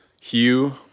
hue